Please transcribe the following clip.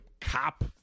cop